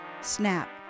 Snap